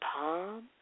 palm